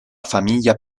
famiglia